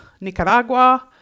Nicaragua